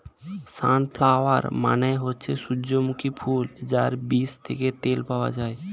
sunflower মানে হচ্ছে সূর্যমুখী ফুল যার বীজ থেকে তেল পাওয়া যায়